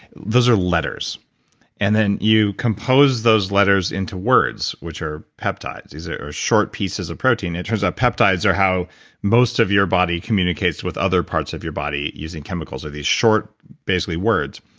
those are letters and then you compose those letters into words, which are peptides. these are are short pieces of protein. it turns out peptides are how most of your body communicates with other parts of your body using chemicals. they're these short, basically words.